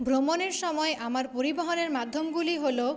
ভ্রমণের সময় আমার পরিবহনের মাধ্যমগুলি হল